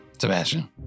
Sebastian